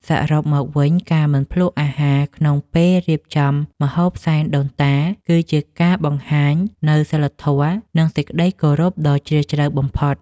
សរុបមកវិញ ការមិនភ្លក្សអាហារក្នុងពេលរៀបចំម្ហូបសែនដូនតា គឺជាការបង្ហាញនូវសីលធម៌ និងសេចក្តីគោរពដ៏ជ្រាលជ្រៅបំផុត។